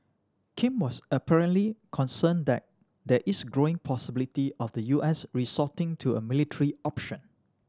Kim was apparently concerned that there is growing possibility of the U S resorting to a military option